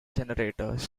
generators